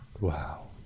Wow